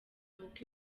uko